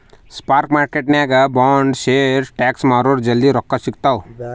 spot ಮಾರ್ಕೆಟ್ನಾಗ್ bond, share, stocks ಮಾರುರ್ ಜಲ್ದಿ ರೊಕ್ಕಾ ಸಿಗ್ತಾವ್